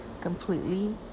completely